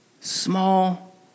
small